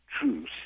truth